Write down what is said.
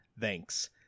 Thanks